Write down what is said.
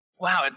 Wow